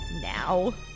now